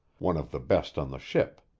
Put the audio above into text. one of the best on the ship.